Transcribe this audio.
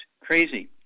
crazy